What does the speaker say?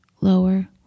lower